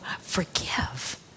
forgive